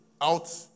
out